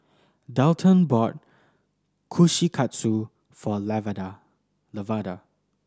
Dalton bought Kushikatsu for Lavada Lavada